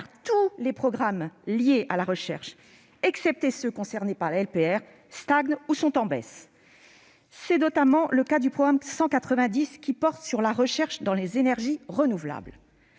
tous les programmes liés à la recherche, excepté ceux qui sont concernés par la LPR, stagnent ou sont en baisse. C'est notamment le cas du programme 190, qui porte sur la recherche dans les énergies renouvelables,